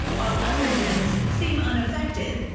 while other gyms seem unaufrechted.